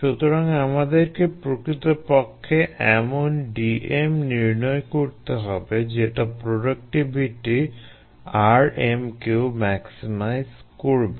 সুতরাং আমাদেরকে প্রকৃতপক্ষে এমন Dm নির্ণয় করতে হবে যেটা প্রোডাক্টিভিটি Rm কেও ম্যাক্সিমাইজ করবে